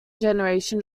generation